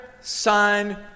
Son